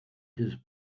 his